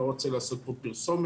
אני לא רוצה לעשות פה פרסומת.